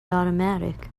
automatic